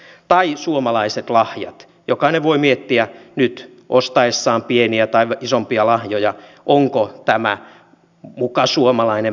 tätä palvelua käyttävä yrittäjä voisi asuinpaikasta riippumatta käyttää erilaisia asiantuntijapalveluja ja verkostoitua muiden eri puolilla maata toimivien yritysten kanssa verkkopalvelua käyttämällä